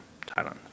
Thailand